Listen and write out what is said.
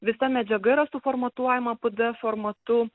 visa medžiaga yra suformatuojama pdf formatu